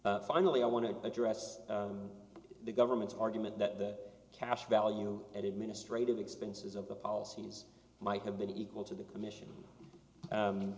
but finally i want to address the government's argument that cash value at administrative expenses of the policies might have been equal to the commission